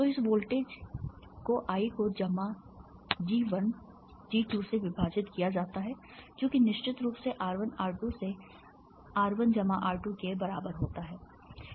तो इस वोल्टेज को I को G 1 जमा G 2 से विभाजित किया जाता है जो कि निश्चित रूप से R 1 R 2 से R 1 जमा R 2 के बराबर होता है